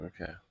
Okay